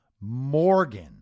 Morgan